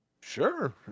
Sure